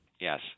Yes